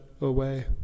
away